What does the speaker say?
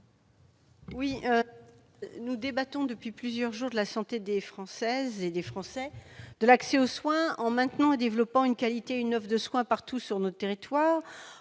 Nous débattons depuis plusieurs jours de la santé des Françaises et des Français, ainsi que de l'accès aux soins en maintenant et en développant une qualité et une offre de soins partout sur notre territoire.